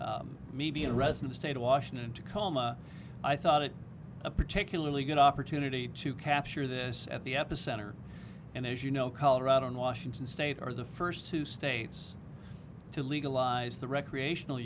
and maybe a resident state of washington tacoma i thought it a particularly good opportunity to capture this at the epicenter and as you know colorado and washington state are the first two states to legalize the recreational